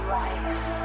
life